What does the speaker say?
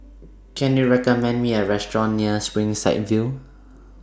Can YOU recommend Me A Restaurant near Springside View